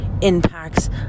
impacts